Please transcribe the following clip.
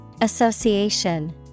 Association